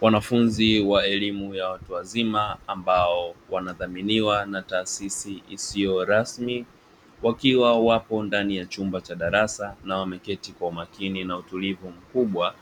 Wanafunzi wa elimu ya watu wazima ambao wanadhaminiwa na taasisi isiyo rasmi wakiwa wapo ndani ya chumba cha darasa na wameketi kwa umakini na utulivu mkubwa